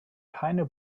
keine